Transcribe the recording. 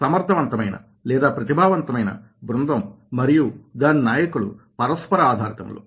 సమర్థవంతమైన లేదా ప్రతిభావంతమైన బృందం మరియు దాని నాయకులు పరస్పర ఆధారితములు